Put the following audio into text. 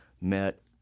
met